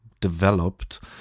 developed